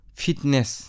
fitness